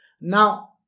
Now